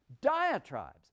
diatribes